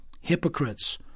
hypocrites